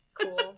cool